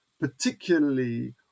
particularly